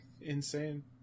insane